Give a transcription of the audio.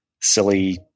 silly